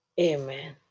Amen